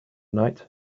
night